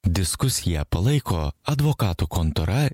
diskusiją palaiko advokatų kontora